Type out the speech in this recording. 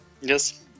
Yes